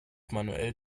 manuell